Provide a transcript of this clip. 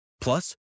Plus